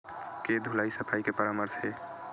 के धुलाई सफाई के का परामर्श हे?